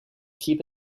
keep